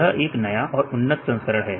यह एक नया और उन्नत संस्करण है